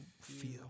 feel